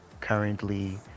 currently